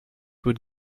would